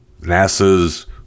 NASA's